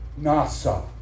NASA